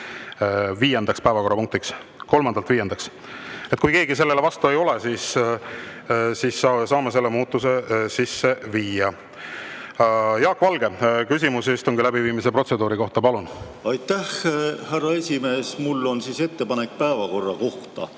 viiendaks päevakorrapunktiks, kolmandast viiendaks. Kui keegi vastu ei ole, siis saame selle muudatuse sisse viia. Jaak Valge, küsimus istungi läbiviimise protseduuri kohta, palun! Aitäh, härra esimees! Mul on ettepanek päevakorra kohta